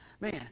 Man